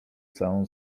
całą